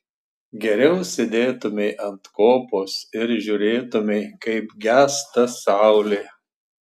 geriau sėdėtumei ant kopos ir žiūrėtumei kaip gęsta saulė